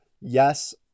yes